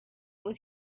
was